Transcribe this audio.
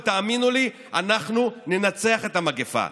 ותאמינו לי, אנחנו ננצח את המגפה.